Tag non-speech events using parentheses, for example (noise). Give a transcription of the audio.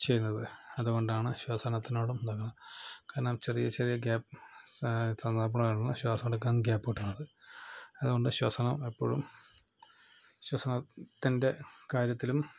ചെയ്യുന്നത് അതുകൊണ്ടാണ് ശ്വസനത്തിനോടും കാരണം ചെറിയ ചെറിയ ഗ്യാപ് സന്ദർഭ (unintelligible) ശ്വാസം എടുക്കാൻ ഗ്യാപ് കിട്ടുന്നത് അതുകൊണ്ട് ശ്വസനം എപ്പോഴും ശ്വസനത്തിന്റെ കാര്യത്തിലും